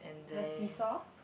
the seesaw